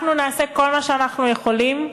אנחנו נעשה כל מה שאנחנו יכולים.